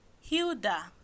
Hilda